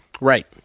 Right